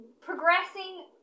progressing